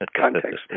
context